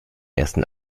ersten